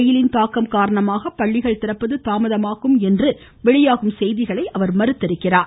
வெயிலின் தாக்கம் காரணமாக பள்ளிகள் திறப்பது தாமதமாகும் என்று வெளியாகும் செய்திகளை அவர் மறுத்துள்ளார்